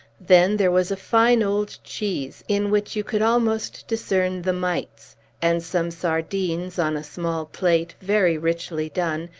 then there was a fine old cheese, in which you could almost discern the mites and some sardines, on a small plate, very richly done,